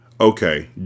Okay